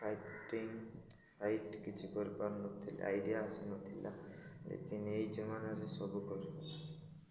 fighting fight କିଛି କରିପାରୁନଥିଲା idea ଆସୁନଥିଲା ଲେକିନ୍ ଏଇ ଜମାନାରେ ସବୁ କରିବ